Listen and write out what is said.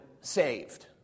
saved